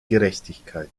gerechtigkeit